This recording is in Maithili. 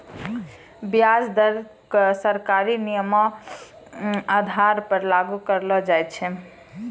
व्याज दर क सरकारी नियमो र आधार पर लागू करलो जाय छै